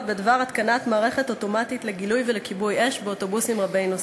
בדבר התקנת מערכת אוטומטית לגילוי ולכיבוי אש באוטובוסים רבי-נוסעים.